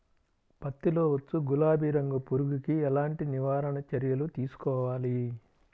పత్తిలో వచ్చు గులాబీ రంగు పురుగుకి ఎలాంటి నివారణ చర్యలు తీసుకోవాలి?